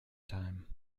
time